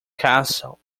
castle